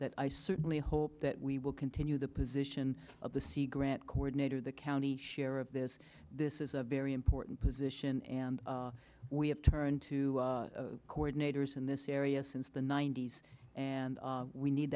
that i certainly hope that we will continue the position of the sea grant coordinator the county share of this this is a very important position and we have turned to coordinators in this area since the ninety's and we need